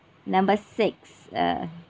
number six uh